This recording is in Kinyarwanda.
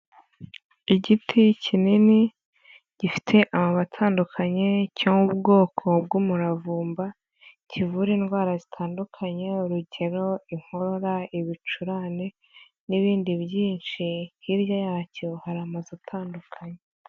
Igiti kinini gifite amababi atandukanye cyo mu bwoko bw'umuravumba kivura indwara zitandukanye, urugero inkorora, ibicurane n'ibindi byinshi, hirya yacyo hari amazu atandukanye.